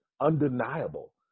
undeniable